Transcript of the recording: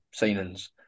signings